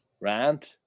rant